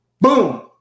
boom